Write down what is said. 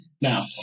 Now